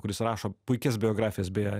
kuris rašo puikias biografijas beje